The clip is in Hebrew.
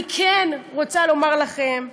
אני כן רוצה לומר לכם,